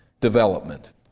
development